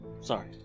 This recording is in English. sorry